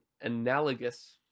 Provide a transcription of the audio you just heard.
analogous